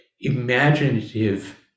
imaginative